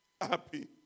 happy